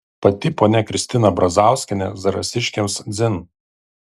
pati ponia kristina brazauskienė zarasiškiams dzin